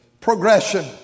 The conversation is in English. progression